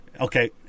Okay